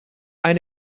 ein